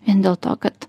vien dėl to kad